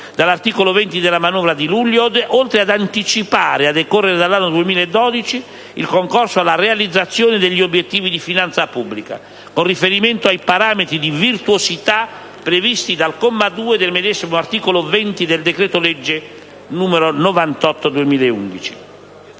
dall'articolo 20 della manovra di luglio, oltre ad anticipare, a decorrere dall'anno 2012, il concorso alla realizzazione degli obiettivi di finanza pubblica, con riferimento ai parametri di virtuosità previsti dal comma 2 del medesimo articolo 20 del decreto-legge n. 98 del 2011.